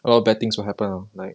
a lot of bad things will happen ah like